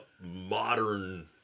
modern